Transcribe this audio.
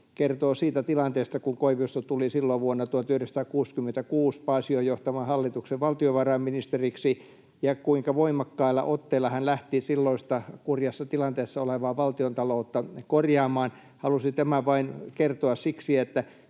kertoo siitä tilanteesta, kun Koivisto tuli silloin vuonna 1966 Paasion johtaman hallituksen valtiovarainministeriksi, ja siitä, kuinka voimakkailla otteilla hän lähti silloista kurjassa tilanteessa ollutta valtiontaloutta korjaamaan. Halusin tämän vain kertoa siksi,